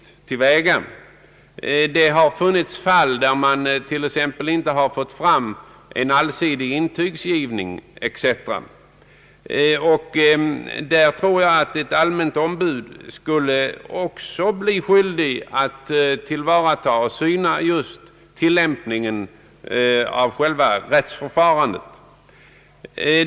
Det har t.ex. funnits fall där en allsidig intygsgivning inte har skett. Enligt min uppfattning skulle ett allmänt ombud också ha till uppgift att syna tillämpningen av själva rättsförfarandet.